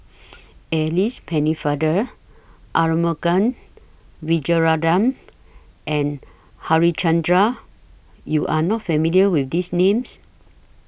Alice Pennefather Arumugam Vijiaratnam and Harichandra YOU Are not familiar with These Names